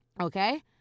okay